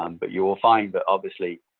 um but you will find that, obviously,